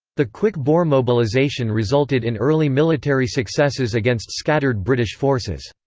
the quick boer mobilisation resulted in early military successes against scattered british forces.